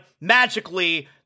magically